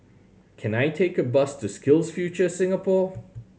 can I take a bus to SkillsFuture Singapore